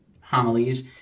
homilies